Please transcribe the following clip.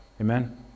amen